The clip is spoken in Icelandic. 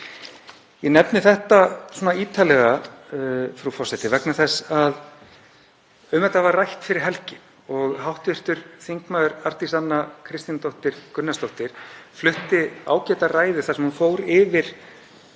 Ég nefni þetta svona ítarlega, frú forseti, vegna þess að um þetta var rætt fyrir helgi og hv. þm. Arndís Anna Kristínardóttir Gunnarsdóttir flutti ágæta ræðu þar sem hún fór yfir